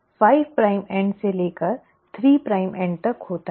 और वह 5 prime end से लेकर 3 प्राइम एंड तक होता है